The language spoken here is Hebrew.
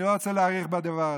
אני לא רוצה להאריך בדבר הזה.